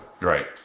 Right